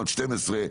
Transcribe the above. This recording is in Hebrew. עד 12,